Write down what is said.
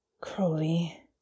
Crowley